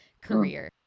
career